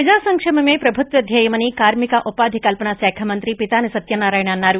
ప్రజా సంక్షేమమే ప్రభుత్వ ధ్యేయమని కార్మిక ఉపాది కల్సన శాఖ మంత్రి పితాని సత్యనారాయణ అన్నారు